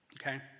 Okay